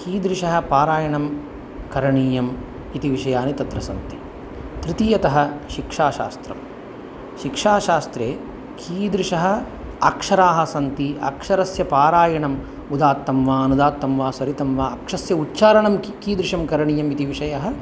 कीदृशं पारायणं करणीयम् इति विषयाणि तत्र सन्ति तृतीयतः शिक्षाशास्त्रं शिक्षाशास्त्रे कीदृशाः अक्षराणि सन्ति अक्षरस्य पारायणम् उदात्तं वा अनुदात्तं वा स्वरितं वा अक्षरस्य उच्चारणं की कीदृशं करणीयम् इति विषयः